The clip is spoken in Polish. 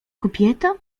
kobieta